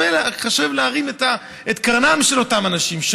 וחשוב להרים את קרנם של אותם אנשים,